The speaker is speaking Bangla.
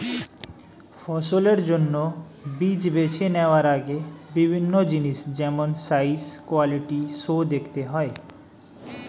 ফসলের জন্য বীজ বেছে নেওয়ার আগে বিভিন্ন জিনিস যেমন সাইজ, কোয়ালিটি সো দেখতে হয়